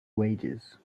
wages